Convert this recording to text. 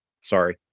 Sorry